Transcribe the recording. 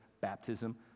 baptism